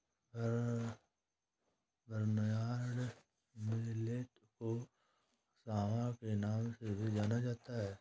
barnyard millet को सांवा के नाम से भी जाना जाता है